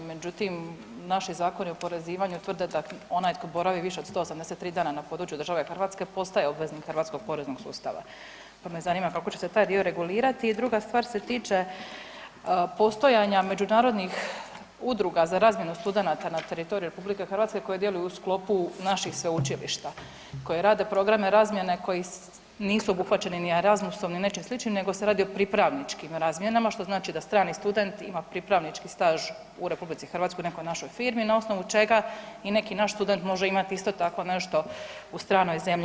Međutim, naši zakoni o oporezivanju tvrde da onaj tko boravi više od 183 dana na području države Hrvatske postaje obveznik hrvatskog poreznog sustava, pa me zanima kako će se taj dio regulirati i druga stvar se tiče postojanja međunarodnih udruga za razmjenu studenata na teritoriju RH koje djeluju u sklopu naših sveučilišta, koji rade programe razmjene koji nisu obuhvaćeni ni Erasmusom ni nečem sličnim nego se radi o pripravničkim razmjenama, što znači da strani student ima pripravnički staž u RH u nekoj našoj firmi na osnovu čega i neki naš student može imati isto tako nešto u stranoj zemlji.